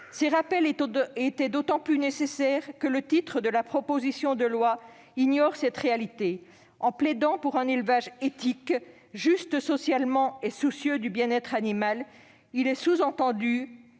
Ces rappels étaient d'autant plus nécessaires que l'intitulé de la proposition de loi ignore cette réalité : en plaidant « pour un élevage éthique, juste socialement et soucieux du bien-être animal », il est sous-entendu